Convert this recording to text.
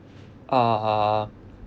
ah